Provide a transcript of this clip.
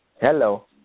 Hello